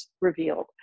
revealed